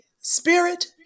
spirit